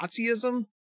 Nazism